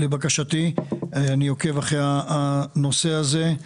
אני עוקב אחרי הנושא הזה,